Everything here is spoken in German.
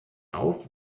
auf